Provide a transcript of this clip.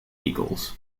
eagles